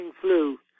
flu